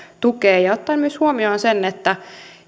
tukee ja ottaen myös huomioon sen että